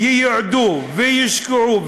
ייועדו ויושקעו,